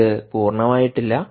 ഇത് പൂർണ്ണമായിട്ടില്ല